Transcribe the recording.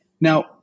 Now